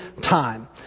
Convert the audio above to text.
time